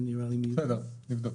בסדר, נבדוק.